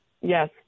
Yes